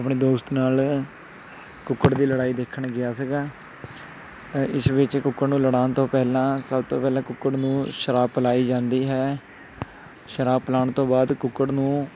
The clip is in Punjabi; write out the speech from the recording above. ਆਪਣੇ ਦੋਸਤ ਨਾਲ ਕੁੱਕੜ ਦੀ ਲੜਾਈ ਦੇਖਣ ਗਿਆ ਸੀਗਾ ਇਸ ਵਿੱਚ ਕੁੱਕੜ ਨੂੰ ਲੜਾਉਣ ਤੋਂ ਪਹਿਲਾਂ ਸਭ ਤੋਂ ਪਹਿਲਾਂ ਕੁੱਕੜ ਨੂੰ ਸ਼ਰਾਬ ਪਿਲਾਈ ਜਾਂਦੀ ਹੈ ਸ਼ਰਾਬ ਪਿਲਾਉਣ ਤੋਂ ਬਾਅਦ ਕੁੱਕੜ ਨੂੰ